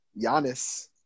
Giannis